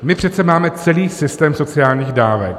My přece máme celý systém sociálních dávek.